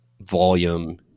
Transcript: volume